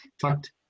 fact